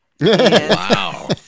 Wow